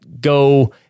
go